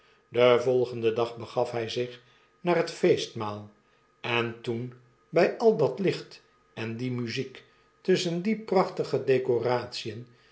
den volgenden dag begaf htj zich naar het feestmaal en toen bg al dat licht en die muziek tusschen die prachtige decoratien